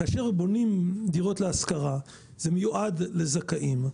כאשר בונים דירות להשכרה, זה מיועד לזכאים,